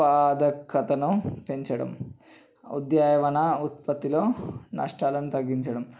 ఉత్పాదకతను పెంచడం ఉద్యానవన ఉత్పత్తిలో నష్టాలను తగ్గించడం